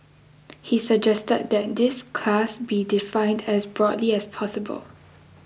he suggested that this class be defined as broadly as possible